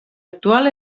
actual